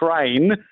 train